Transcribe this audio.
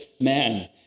man